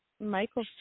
Michael